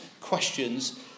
questions